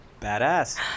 Badass